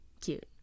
Cute